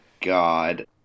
God